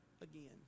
again